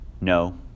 No